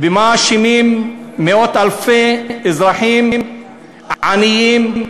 במה אשמים מאות-אלפי אזרחים עניים